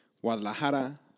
Guadalajara